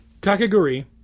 Kakaguri